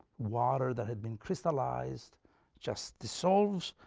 water that had been crystallized just dissolves,